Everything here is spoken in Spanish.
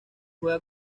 juega